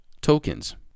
tokens